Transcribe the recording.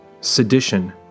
Sedition